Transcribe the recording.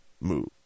move